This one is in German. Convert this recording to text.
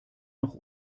noch